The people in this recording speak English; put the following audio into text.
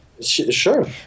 Sure